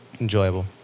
enjoyable